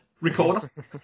recorder